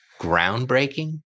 groundbreaking